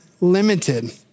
limited